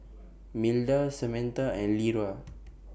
Milda Samatha and Lera